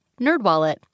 NerdWallet